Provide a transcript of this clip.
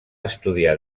estudiar